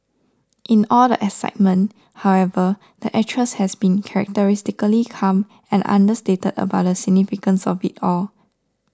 in all the excitement however the actress has been characteristically calm and understated about the significance of it all